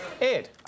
Ed